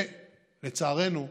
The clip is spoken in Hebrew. לצערנו,